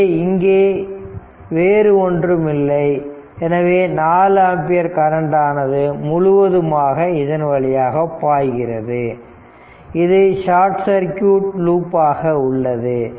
எனவேஇங்கே வேறொன்றுமில்லை எனவே 4 ampere current ஆனது முழுவதுமாக இதன் வழியாக செல்கிறது இது ஷார்ட் சர்க்யூட் லூப் ஆக உள்ளது